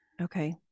Okay